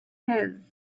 his